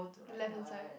the left hand side